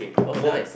oh nice